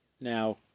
Now